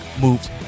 moves